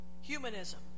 humanism